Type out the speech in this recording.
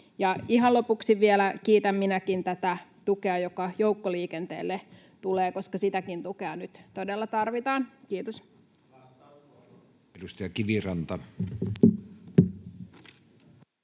Ihan lopuksi vielä kiitän minäkin tätä tukea, joka joukkoliikenteelle tulee, koska sitäkin tukea nyt todella tarvitaan. — Kiitos.